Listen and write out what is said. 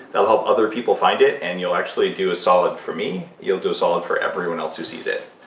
that'll help other people find it, and you'll actually do a solid for me. you'll do a solid for everyone else who sees it.